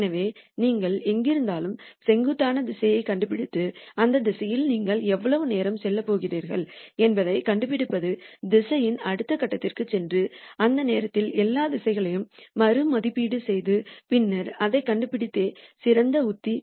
எனவே நீங்கள் எங்கிருந்தாலும் செங்குத்தான திசையைக் கண்டுபிடித்து இந்த திசையில் நீங்கள் எவ்வளவு நேரம் செல்லப் போகிறீர்கள் என்பதைக் கண்டுபிடிப்பதும் திசையின் அடுத்த கட்டத்திற்குச் சென்று அந்த நேரத்தில் எல்லா திசைகளையும் மறு மதிப்பீடு செய்து பின்னர் அதைக் கண்டுபிடிப்பதே சிறந்த உத்தி